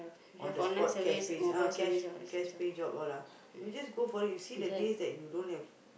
on the spot cash pays ah cash cash pay job all ah you just go for it you see the days that you don't have